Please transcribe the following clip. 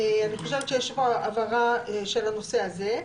אני חושבת שיש פה הבהרה של הנושא הזה.